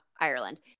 Ireland